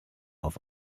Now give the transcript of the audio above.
auf